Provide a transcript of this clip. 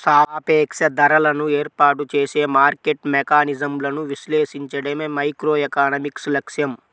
సాపేక్ష ధరలను ఏర్పాటు చేసే మార్కెట్ మెకానిజమ్లను విశ్లేషించడమే మైక్రోఎకనామిక్స్ లక్ష్యం